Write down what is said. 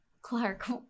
Clark